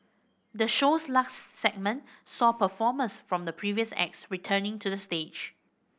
the show's last segment saw performers from the previous acts returning to the stage